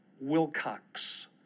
Wilcox